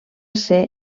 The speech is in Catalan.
ser